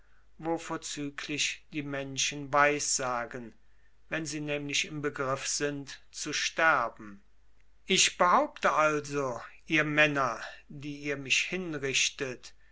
wo vorzüglich die menschen weissagen wenn sie nämlich im begriff sind zu sterben ich behaupte also ihr männer die ihr mich hinrichtet